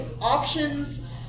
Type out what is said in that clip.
options